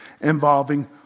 involving